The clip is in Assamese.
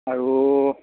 আৰু